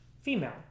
female